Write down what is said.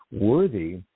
worthy